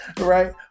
right